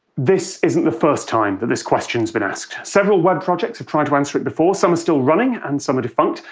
this isn't the first time that this question's been asked. several web projects have tried to answer it before, some are still running, and some are defunct.